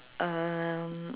um